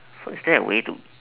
so is there a way to